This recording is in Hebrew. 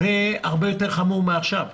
זה הרבה יותר חמור מעכשיו,